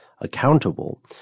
accountable